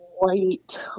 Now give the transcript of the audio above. white